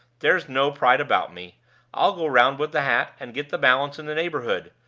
there's no pride about me i'll go round with the hat, and get the balance in the neighborhood.